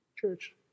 Church